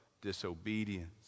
disobedience